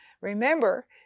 Remember